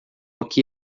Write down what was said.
aqui